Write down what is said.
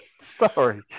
Sorry